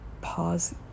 pause